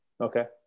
Okay